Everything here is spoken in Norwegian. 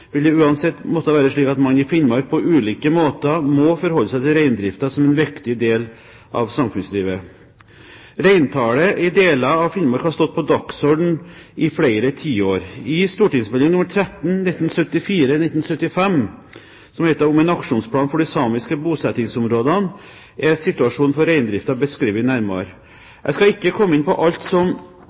vil det uansett måtte være slik at man i Finnmark på ulike måter må forholde seg til reindriften som en viktig del av samfunnslivet. Reintallet i deler av Finnmark har stått på dagsordenen i flere tiår. I St.meld. nr. 13 for 1974–1975, Om en aksjonsplan for de samiske bosettingsområder, er situasjonen for reindriften beskrevet nærmere. Jeg skal ikke komme inn på alt som